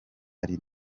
ari